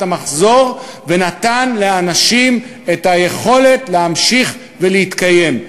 המחזור ונתן לאנשים את היכולת להמשיך ולהתקיים.